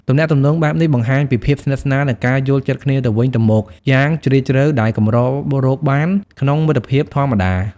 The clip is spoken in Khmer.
ទំនាក់ទំនងបែបនេះបង្ហាញពីភាពស្និទ្ធស្នាល និងការយល់ចិត្តគ្នាទៅវិញទៅមកយ៉ាងជ្រាលជ្រៅ ដែលកម្ររកបានក្នុងមិត្តភាពធម្មតា។